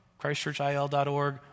Christchurchil.org